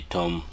Tom